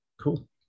Cool